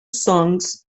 songs